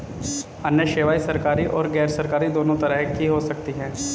अन्य सेवायें सरकारी और गैरसरकारी दोनों तरह की हो सकती हैं